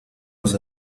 los